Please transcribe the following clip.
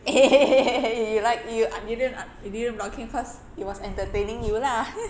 you like you you didn't un~ you didn't block him cause he was entertaining you lah